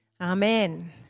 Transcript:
Amen